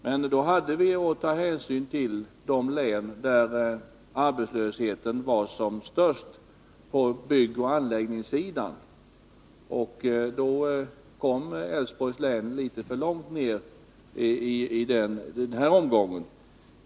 Men då hade vi att ta hänsyn till i vilka län arbetslösheten var som störst på byggoch anläggningssidan. Då kom Älvsborgs län litet för långt ned på prioriteringslistan för att komma med i den här omgången.